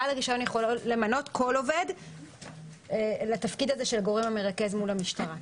בעל הרישיון יכול למנות כל עובד לתפקיד הזה של הגורם המרכז מול המשטרה.